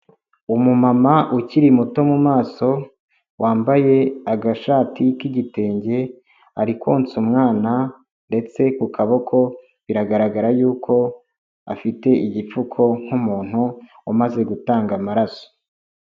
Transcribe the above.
Umumama ukiri muto mu maso, wambaye agashati k'igitenge, ari konsa umwana ndetse ku kaboko, biragaragara yuko afite igipfuko, nk'umuntu umaze gutanga amaraso.